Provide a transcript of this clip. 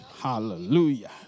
Hallelujah